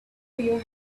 your